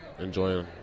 enjoying